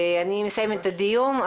אני מסיימת את הדיון.